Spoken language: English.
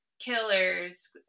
killers